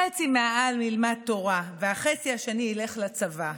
חצי מהעם ילמד תורה והחצי השני ילך לצבא,